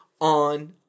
on